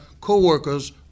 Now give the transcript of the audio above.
co-workers